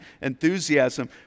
enthusiasm